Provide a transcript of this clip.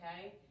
Okay